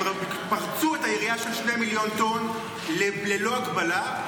הם פרצו את היריעה של 2 מיליון טון ללא הגבלה,